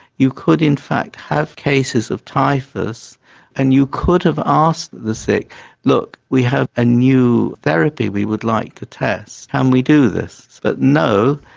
you could in fact have cases of typhus and you could have asked the sick look we have a new therapy we would like to test can we do this? but no,